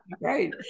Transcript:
right